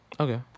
okay